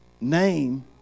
Name